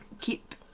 keep